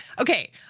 Okay